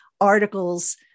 articles